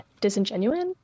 disingenuous